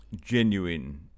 genuine